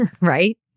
Right